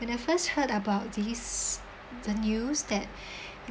when I first heard about this the news that